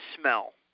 smell